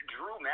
Drew